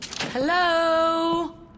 hello